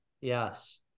Yes